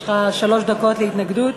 יש לך שלוש דקות להתנגדות.